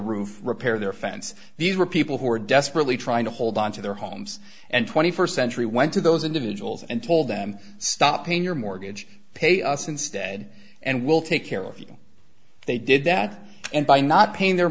roof repair their fence these were people who were desperately trying to hold on to their homes and st century went to those individuals and told them stop paying your mortgage pay us instead and we'll take care of you they did that and by not paying their